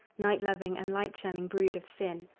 night-loving and light-shunning brood of sin,